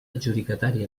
adjudicatari